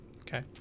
Okay